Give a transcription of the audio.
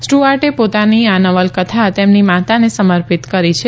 સ્ટુઆર્ટે પોતાની આ નવલકથા તેમની માતાને સમર્પિત કરી છે